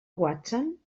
watson